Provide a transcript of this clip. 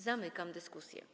Zamykam dyskusję.